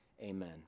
Amen